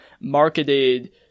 marketed